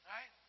Right